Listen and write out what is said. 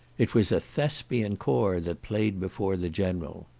it was a thespian corps that played before the general.